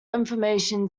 information